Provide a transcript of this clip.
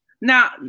Now